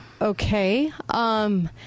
Okay